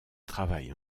travaille